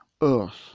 earth